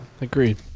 Agreed